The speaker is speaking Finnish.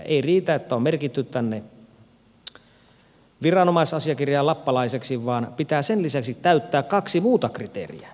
ei riitä että on merkitty tänne viranomaisasiakirjaan lappalaiseksi vaan pitää sen lisäksi täyttää kaksi muuta kriteeriä